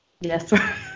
Yes